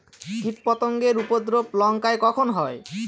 কীটপতেঙ্গর উপদ্রব লঙ্কায় কখন হয়?